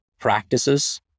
practices